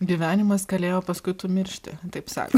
gyvenimas kalėjo paskui tu miršti taip sako